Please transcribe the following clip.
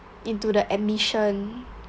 into the admission